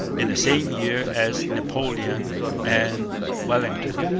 in the same year as napoleon and wellington.